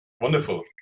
Wonderful